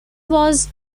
was